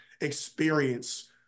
experience